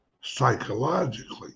psychologically